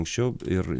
anksčiau ir